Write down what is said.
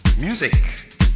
music